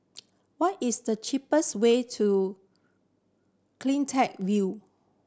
what is the cheapest way to Cleantech View